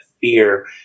fear